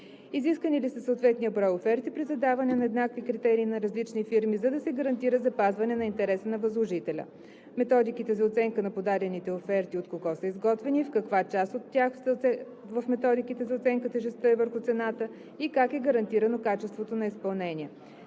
Изискани ли са съответният брой оферти при задаване на еднакви критерии на различни фирми, за да се гарантира запазване на интереса на възложителя? Методиките за оценка на подадените оферти от кого са изготвени? В каква част от методиките за оценка тежестта е върху цената и как е гарантирано качеството на изпълнение?